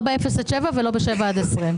לא באפס עד שבעה ולא בשבעה עד ה-20.